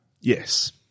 Yes